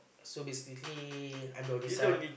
so basically I'm the only son